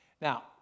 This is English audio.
Now